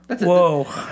Whoa